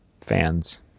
fans